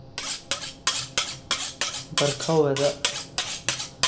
बरखा होऐ तां